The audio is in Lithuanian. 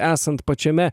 esant pačiame